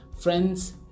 Friends